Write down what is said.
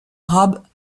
arabes